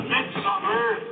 Midsummer